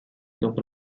dopo